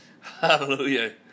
Hallelujah